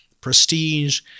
prestige